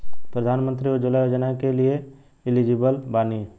प्रधानमंत्री उज्जवला योजना के लिए एलिजिबल बानी?